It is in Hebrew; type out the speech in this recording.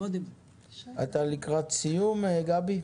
אתה לקראת סיום, גבי?